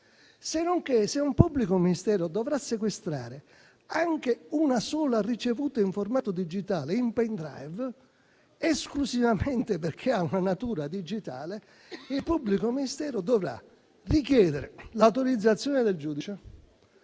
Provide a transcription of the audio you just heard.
Sennonché, se un pubblico ministero dovrà sequestrare anche una sola ricevuta in formato digitale, in *pendrive*, esclusivamente perché ha una natura digitale, il pubblico ministero dovrà richiedere l'autorizzazione del giudice,